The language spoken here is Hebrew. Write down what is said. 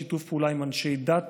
שיתוף פעולה עם אנשי דת